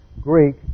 Greek